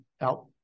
out